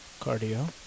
Cardio